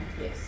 Yes